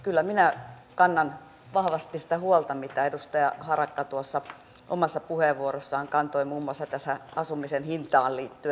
kyllä minä kannan vahvasti sitä huolta mitä edustaja harakka tuossa omassa puheenvuorossaan kantoi muun muassa tähän asumisen hintaan liittyen